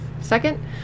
second